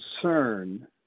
concern